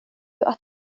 att